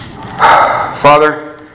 Father